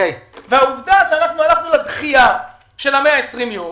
העובדה שהלכנו לדחייה של 120 יום,